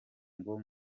ngo